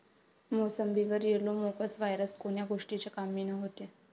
मोसंबीवर yellow mosaic virus कोन्या गोष्टीच्या कमीनं होते?